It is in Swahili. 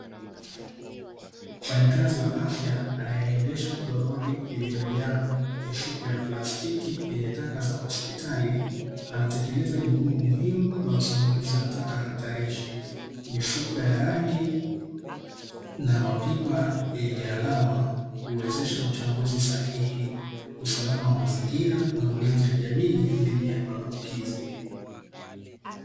Mfanyakazi wa afya anayeendesha toroli lililojaa mifuko ya plastiki yenye taka za hospitali, anatekeleza jukumu muhimu la usimamizi wa taka hatarishi mifuko ya rangi na mapipa yenye alama uwezesha uchambuzi sahihi, usalama wa mazingira na ulinzi wa jamii dhidi ya maambukizi.